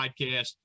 podcast